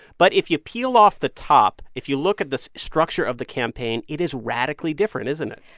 but if you peel off the top, if you look at the structure of the campaign, it is radically different, isn't it?